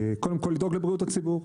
קודם כל לדאוג לבריאות הציבור,